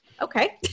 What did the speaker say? okay